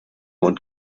und